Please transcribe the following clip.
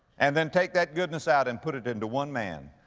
and then take that goodness out and put it into one man,